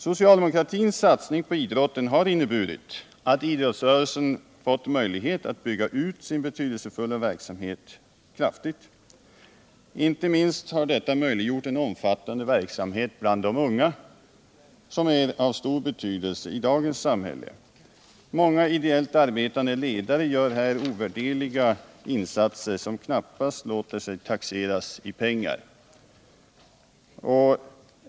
Socialdemokratins satsning på idrotten har inneburit att idrottsrörelsen fått möjlighet att bygga ut sin betydelsefulla verksamhet kraftigt. Inte minst har detta möjliggjort en omfattande verksamhet bland de unga, som är av stor betydelse i dagens samhälle. Många ideellt arbetande ledare gör här utomordentliga insatser, som knappast låter sig taxeras i pengar.